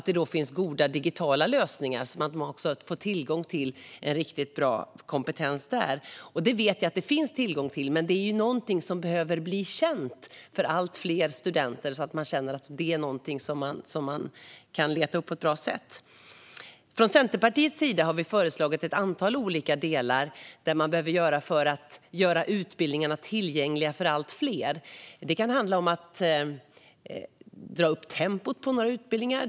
Det ska finnas goda digitala lösningar så att man får tillgång till en riktigt bra kompetens där. Det vet jag att det finns tillgång till. Men det är någonting som behöver bli känt för allt fler studenter så att man känner att det är någonting som man kan leta upp på ett bra sätt. Från Centerpartiets sida har vi föreslagit ett antal olika delar som man behöver göra för att göra utbildningarna tillgängliga för allt fler. Det kan handla om att dra upp tempot på några utbildningar.